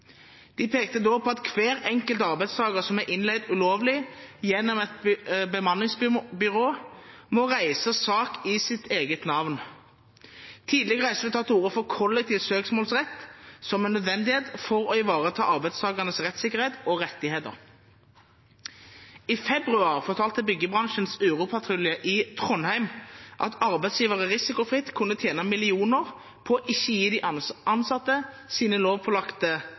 De pekte da på at hver enkelt arbeidstaker som er innleid ulovlig gjennom et bemanningsbyrå, må reise sak i sitt eget navn. Tidligere har SV tatt til orde for kollektiv søksmålsrett som en nødvendighet for å ivareta arbeidstakernes rettssikkerhet og rettigheter. I februar fortalte Byggebransjens uropatrulje i Trondheim at arbeidsgivere risikofritt kunne tjene millioner på ikke å gi de ansatte deres lovpålagte